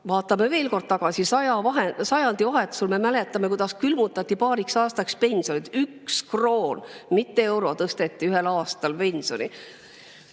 Vaatame veel kord tagasi. Sajandivahetusel, me mäletame, külmutati paariks aastaks pensionid, üks kroon – mitte euro – tõsteti ühel aastal pensioni.